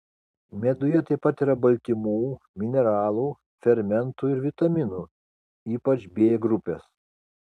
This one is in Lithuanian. meduje taip pat yra baltymų mineralų fermentų ir vitaminų ypač b grupės